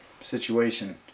situation